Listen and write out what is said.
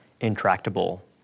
intractable